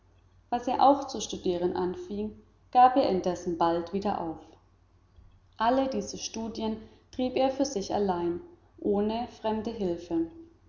was er auch zu studieren anfing gab er indessen bald wieder auf alle diese studien trieb er für sich allein ohne fremde hilfe